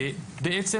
בעצם,